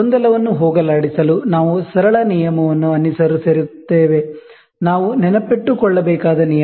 ಗೊಂದಲವನ್ನು ಹೋಗಲಾಡಿಸಲು ನಾವು ಸರಳ ನಿಯಮವನ್ನು ಅನುಸರಿಸುತ್ತೇವೆ ನಾವು ನೆನಪಿಟ್ಟುಕೊಳ್ಳಬೇಕಾದ ನಿಯಮ